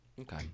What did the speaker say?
Okay